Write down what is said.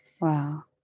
Wow